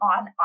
on